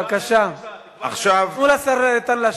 פרופסור ברוורמן,